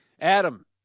Adam